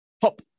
Pop